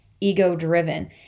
ego-driven